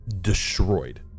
destroyed